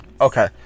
Okay